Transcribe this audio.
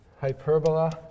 hyperbola